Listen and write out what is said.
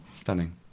stunning